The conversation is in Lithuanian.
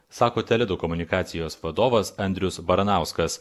sako tele du komunikacijos vadovas andrius baranauskas